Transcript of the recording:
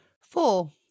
Four